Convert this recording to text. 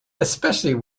especially